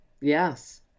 Yes